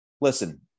Listen